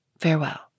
Farewell